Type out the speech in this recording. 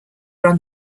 run